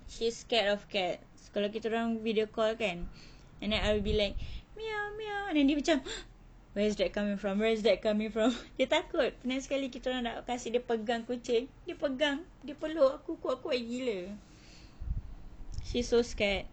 she's scared of cats kalau kitaorang video call kan and then I'll be like meow meow then dia macam !huh! where's that coming from where's that coming from dia takut then sekali kitaorang nak kasi dia pegang kucing dia pegang dia peluk aku kuat kuat gila she's so scared